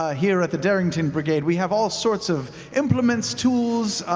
ah here at the darrington brigade, we have all sorts of implements, tools,